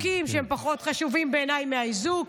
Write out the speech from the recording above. משהו מבין החוקים שהם פחות חשובים בעיניי מהאיזוק.